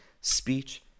speech